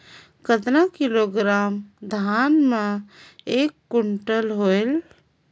कतना किलोग्राम धान मे एक कुंटल होयल?